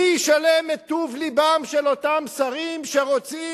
מי ישלם את טוב לבם של אותם שרים שרוצים